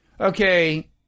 Okay